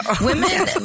Women